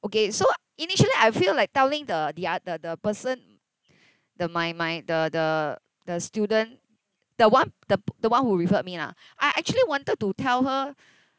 okay so initially I feel like telling the the ot~ the the person the my my the the the student the one th~ the one who referred me lah I actually wanted to tell her